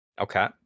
Okay